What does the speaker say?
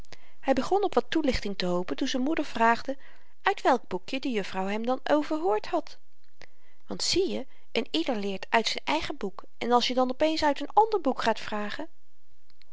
hy begon op wat toelichting te hopen toen z'n moeder vraagde uit welk boekje de juffrouw hem dan overhoord had want zieje n ieder leert uit z'n eigen boek en als je dan op eens uit n ander boek gaat vragen